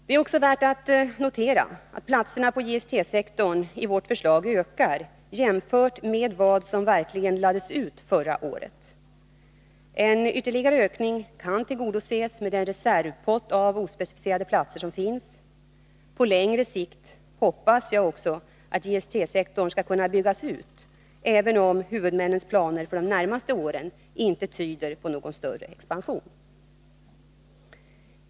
Det är också värt att notera att platserna på JST-sektorn i vårt förslag ökar, jämfört med vad som verkligen lades ut förra året. Önskemål om en ytterligare ökning kan tillgodoses med den reservpott av ospecificerade platser som finns. På längre sikt hoppas jag också att JST-sektorn skall kunna byggas ut, även om huvudmännens planer för de närmaste åren inte tyder på någon större expansion.